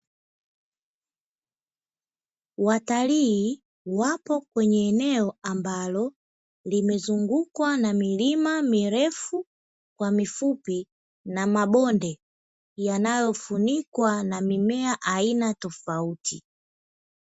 Watalii wapo kwenye eneo ambalo limezungukwa na milima mirefu kwa mifupi na mabonde, yanayofunikwa na mimea aina tofauti.